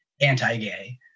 anti-gay